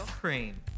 cream